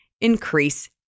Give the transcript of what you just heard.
increase